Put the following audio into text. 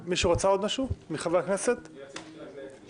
עוד מישהו מחברי הכנסת רוצה להתייחס?